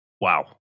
Wow